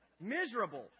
miserable